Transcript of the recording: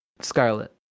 Scarlet